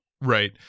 Right